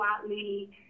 Watley